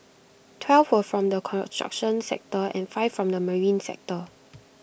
twelve were from the construction sector and five from the marine sector